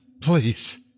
Please